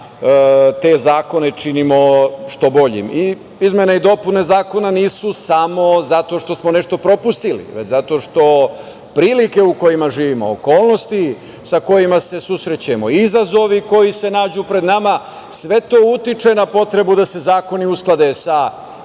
te zakone činimo što boljim. Izmene i dopune zakona nisu samo zato što smo nešto propustili, već zato što prilike u kojima živimo, okolnosti sa kojima se susrećemo, izazovi koji se nađu pred nama, sve to utiče na potrebu da se zakoni usklade sa